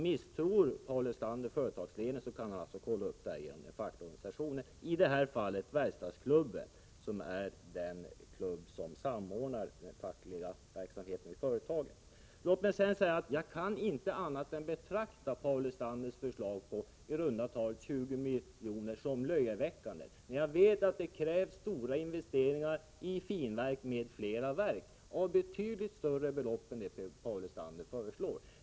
Misstror Paul Lestander företagsledningen, kan han kolla med de fackliga organisationerna, i detta fall verkstadsklubben, som samordnar den fackliga verksamheten vid företaget. Jag kan inte annat än betrakta Paul Lestanders krav på 20 miljoner som löjeväckande, när jag vet att det krävs investeringar i finvalsverket och andra verk med betydligt större belopp än det som Paul Lestander föreslår.